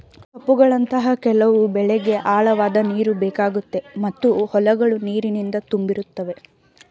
ಸೊಪ್ಪುಗಳಂತಹ ಕೆಲವು ಬೆಳೆಗೆ ಆಳವಾದ್ ನೀರುಬೇಕಾಗುತ್ತೆ ಮತ್ತು ಹೊಲಗಳು ನೀರಿನಿಂದ ತುಂಬಿರುತ್ತವೆ